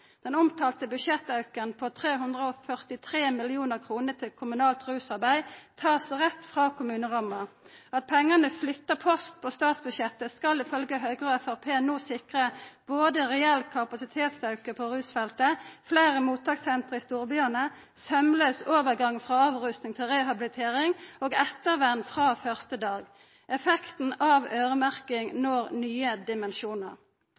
Den omtalte budsjettauken på 343 mill. kr til kommunalt rusarbeid blir tatt rett frå kommunerammar. At pengane flyttar post på statsbudsjettet, skal ifølgje Høgre og Framstegspartiet no sikra både reell kapasitetsauke på rusfeltet, fleire mottakssenter i storbyane, saumlaus overgang frå avrusing til rehabilitering og ettervern frå første dagen. Effekten av øyremerking når nye dimensjonar.